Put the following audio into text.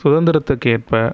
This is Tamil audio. சுதந்திரத்திற்கேற்ப